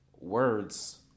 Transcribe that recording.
Words